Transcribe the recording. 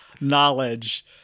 knowledge